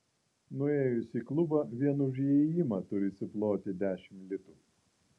nuėjus į klubą vien už įėjimą turi suploti dešimt litų